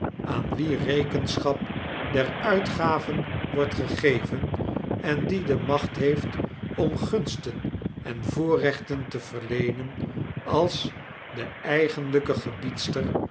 aan wie rekenschap der uitgaven wordt gegevenendiedemacht heeft om gunsten en voorrechten te verleenen als de eigenlyke gebiedster